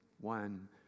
one